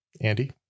Andy